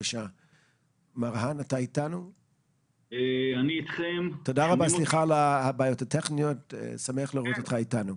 מר האן, אני שמח לראות אותך איתנו.